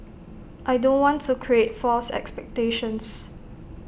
I don't want to create false expectations